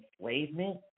enslavement